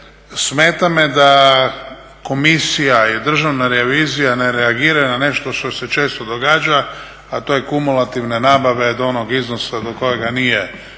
smeta me da Komisija i Državna revizija ne reagiraju na nešto što se često događa, a to je kumulativne nabave do onog iznosa do kojega nije